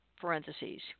parentheses